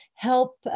help